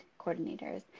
Coordinators